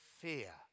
fear